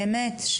באמת,